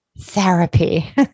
therapy